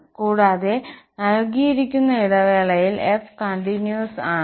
കൂടാതെ നൽകിയിരിക്കുന്ന ഇടവേളയിൽ f കണ്ടിന്യൂസ് ആണ്